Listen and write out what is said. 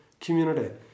community